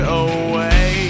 away